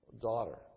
daughter